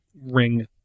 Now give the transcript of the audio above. ring